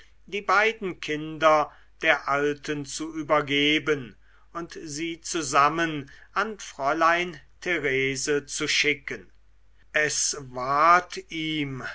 die beiden kinder der alten zu übergeben und sie zusammen an fräulein therese zu schicken es ward ihm